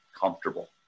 comfortable